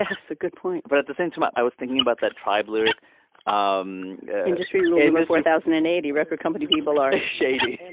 that's a good point but at the same time ah i was thinking about that tribe lyric um industry one thousand and eighty record company people are shady and